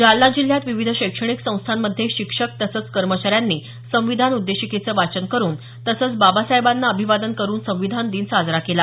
जालना जिल्ह्यात विविध शैक्षणिक संस्थांमध्ये शिक्षक तसंच कर्मचाऱ्यांनी संविधान उद्देशिकेचं वाचन करून तसंच बाबासाहेबांना अभिवादन करून संविधान दिन साजरा केला